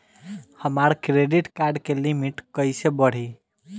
हमार credit card के limit कइसे बढ़ी?